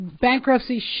bankruptcy